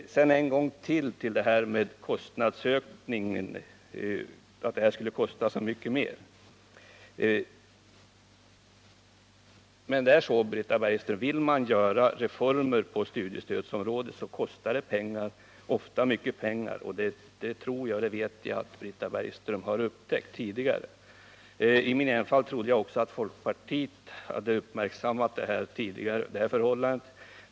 Så ännu en gång till detta med kostnadsökningen — att vårt förslag skulle kosta så mycket mer. Det är så, Britta Bergström, att vill man göra reformer på studiestödsområdet så kostar det ofta mycket pengar, och det vet jag att Britta Bergström har upptäckt tidigare. I min enfald trodde jag också att folkpartiet hade uppmärksammat detta förhållande tidigare.